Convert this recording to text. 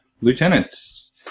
lieutenants